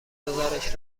گزارش